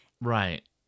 right